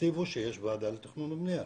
תכתיבו שיש ועדה לתכנון ובנייה,